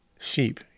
sheep